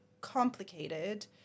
complicated